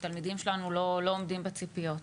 התלמידים שלנו לא עומדים בציפיות.